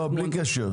בלי קשר.